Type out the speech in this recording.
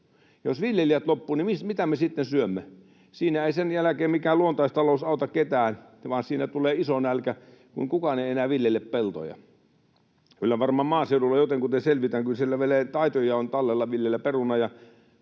Jos viljelijät loppuvat, niin mitä me sitten syömme? Siinä ei sen jälkeen mikään luontaistalous auta ketään, vaan siinä tulee iso nälkä, kun kukaan ei enää viljele peltoja. Kyllä varmaan maaseudulla jotenkuten selvitään, kun siellä on vielä taitoja tallella viljellä perunaa